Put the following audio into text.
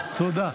תודה.